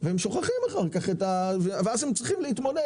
והם שוכחים אחר כך ואז הם צריכים להתמודד